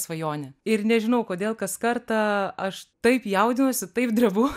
svajonė ir nežinau kodėl kas kartą aš taip jaudinuosi taip drebu